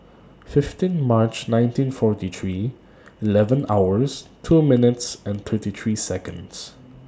fifteen March nineteen forty three eleven hours two minutes and thirty three Seconds